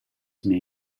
may